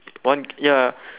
one ya